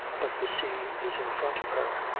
but the sea is in front of her.